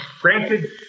granted